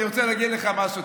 אני רוצה להגיד לך משהו,